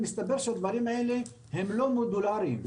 מסתבר שהדברים האלה הם לא מודולריים,